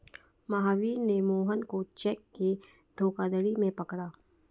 महावीर ने मोहन को चेक के धोखाधड़ी में पकड़ा